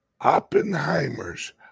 Oppenheimer's